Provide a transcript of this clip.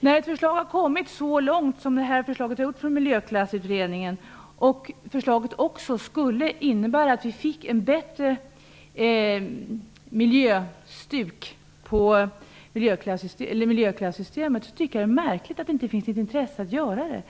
När ett förslag har kommit så långt som det här förslaget från Miljöklassutredningen har gjort och också skulle innebära att vi fick ett bättre "miljöstuk" på miljöklassystemet är det enligt min mening märkligt att det inte finns ett intresse för att genomföra det.